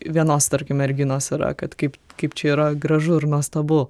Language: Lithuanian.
vienos tarkim merginos yra kad kaip kaip čia yra gražu ir nuostabu